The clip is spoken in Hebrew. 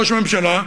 ראש הממשלה,